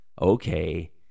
okay